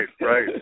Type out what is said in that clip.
Right